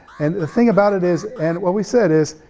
and the thing about it is, and what we said is,